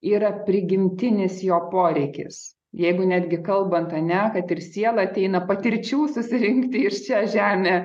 yra prigimtinis jo poreikis jeigu netgi kalbant ar ne kad ir siela ateina patirčių susirinkti į šią žemę